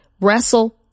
wrestle